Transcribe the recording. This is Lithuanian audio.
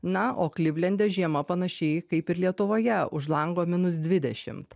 na o klivlende žiema panaši kaip ir lietuvoje už lango minus dvidešimt